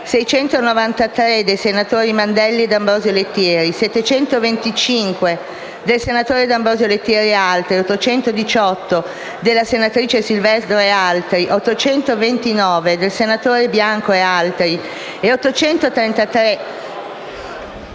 693 (dei senatori Mandelli e D'Ambrosio Lettieri), 725 (del senatore D'Ambrosio Lettieri e altri), 818 (della senatrice Silvestro e altri), 829 (del senatore Bianco e altri) e 833